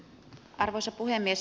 arvoisa puhemies